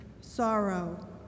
sorrow